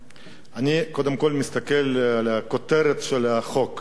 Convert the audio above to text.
אני קודם כול מסתכל על הכותרת של החוק: